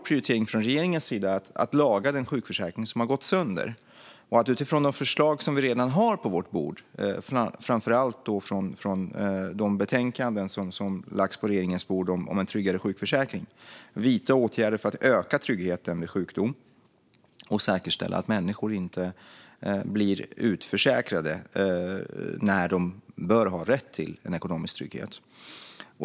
Prioriteringen från oss i regeringen är att laga den sjukförsäkring som har gått sönder och att utifrån de förslag som vi redan har på vårt bord, framför allt utifrån de betänkanden som lagts på regeringens bord om en tryggare sjukförsäkring, vidta åtgärder för att öka tryggheten vid sjukdom och säkerställa att människor inte blir utförsäkrade när de bör ha rätt till ekonomisk trygghet.